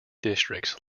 districts